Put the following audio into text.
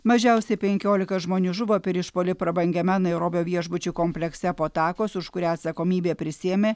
mažiausiai penkiolika žmonių žuvo per išpuolį prabangiame nairobio viešbučių komplekse po atakos už kurią atsakomybę prisiėmė